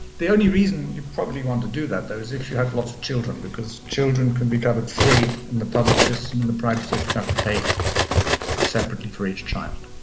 the only reason you probably want to do that, though, is if you have lots of children, because children can be covered free in the public system, in the private system, have to pay separately for each child.